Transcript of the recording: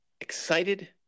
excited